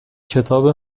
کتاب